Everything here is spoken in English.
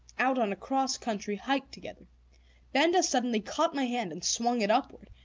out on a cross-country hike together benda suddenly caught my hand and swung it upward.